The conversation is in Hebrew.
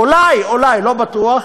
אולי, אולי, לא בטוח,